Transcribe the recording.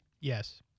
Yes